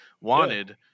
wanted